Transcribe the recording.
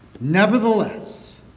nevertheless